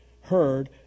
heard